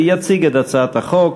יציג את הצעת החוק.